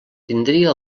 tindria